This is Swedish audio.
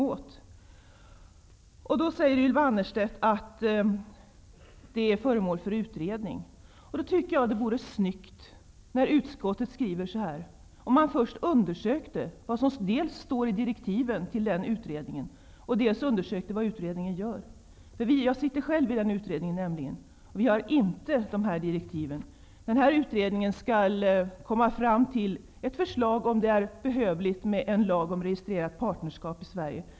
Ylva Annerstedt säger att skyddet för den enskilde är föremål för utredning. Det vore lämpligt om utskottet mot bakgrund av sin skrivning dels undersökte vad som står i direktiven till utredningen, dels undersökte vad som görs i utredningen. Jag sitter nämligen själv i en utredning, och vi har inte de här direktiven. Den tillsatta utredningen skall komma fram till om det behövs en lag om registrerat partnerskap i Sverige.